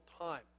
time